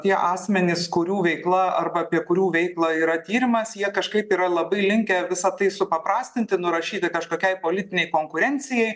tie asmenys kurių veikla arba apie kurių veiklą yra tyrimas jie kažkaip yra labai linkę visa tai supaprastinti nurašyti kažkokiai politinei konkurencijai